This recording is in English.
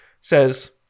says